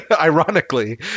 ironically